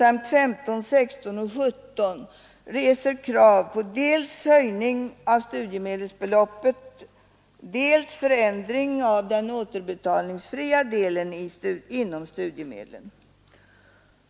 av studiemedelsbeloppet, dels förändring av den återbetalningsfria delen inom studiemedlen.